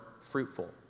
fruitful